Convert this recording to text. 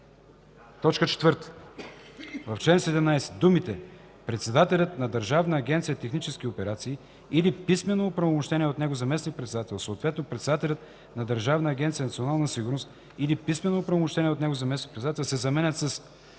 средства.” 4. В чл. 17 думите „председателят на Държавна агенция „Технически операции” или писмено оправомощеният от него заместник-председател, съответно председателят на Държавна агенция „Национална сигурност” или писмено оправомощеният от него заместник-председател” се заменят